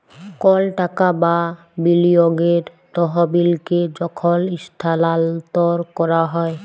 call টাকা বা বিলিয়গের তহবিলকে যখল ইস্থালাল্তর ক্যরা হ্যয়